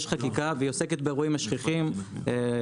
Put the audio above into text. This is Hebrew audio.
יש חקיקה והיא עוסקת באירועים השכיחים שלצערנו